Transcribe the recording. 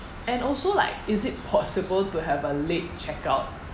and also like is it possible to have a late checkout